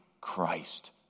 Christ